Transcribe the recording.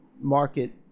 market